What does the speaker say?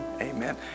Amen